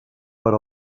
per